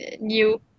new